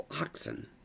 oxen